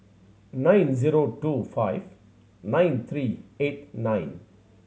nine zero two five nine three eighty nine